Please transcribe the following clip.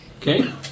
Okay